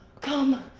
come,